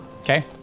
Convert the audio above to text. Okay